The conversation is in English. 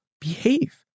behave